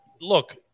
look